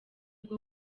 bwo